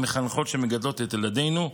המחנכות שמגדלות את ילדינו,